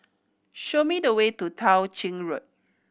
show me the way to Tao Ching Road